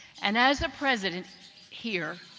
and as a president here,